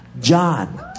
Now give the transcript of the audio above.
John